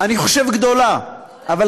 אני חושב גדולה, גדולה מאוד.